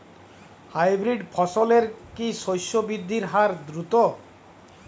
Hybrid ফসলের কি শস্য বৃদ্ধির হার দ্রুত?